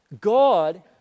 God